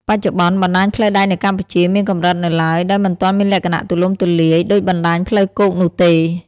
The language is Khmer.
បច្ចុប្បន្ន បណ្ដាញផ្លូវដែកនៅកម្ពុជាមានកម្រិតនៅឡើយ ដោយមិនទាន់មានលក្ខណៈទូលំទូលាយដូចបណ្តាញផ្លូវគោកនោះទេ។